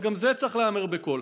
אז גם זה צריך להיאמר בקול,